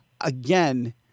again